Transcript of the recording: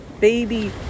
baby